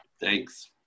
thanks